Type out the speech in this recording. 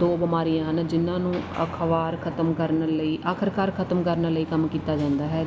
ਦੋ ਬਿਮਾਰੀਆਂ ਹਨ ਜਿਹਨਾਂ ਨੂੰ ਅਖਬਾਰ ਖਤਮ ਕਰਨ ਲਈ ਆਖਰਕਾਰ ਖਤਮ ਕਰਨ ਲਈ ਕੰਮ ਕੀਤਾ ਜਾਂਦਾ ਹੈ